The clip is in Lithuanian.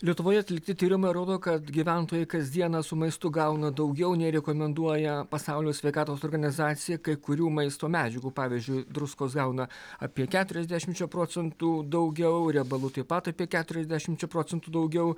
lietuvoje atlikti tyrimai rodo kad gyventojai kasdieną su maistu gauna daugiau nei rekomenduoja pasaulio sveikatos organizacija kai kurių maisto medžiagų pavyzdžiui druskos gauna apie keturiasdešimčia procentų daugiau riebalų taip pat apie keturiasdešimčia procentų daugiau